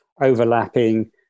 overlapping